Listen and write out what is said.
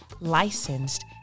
licensed